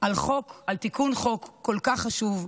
על תיקון חוק כל כך חשוב,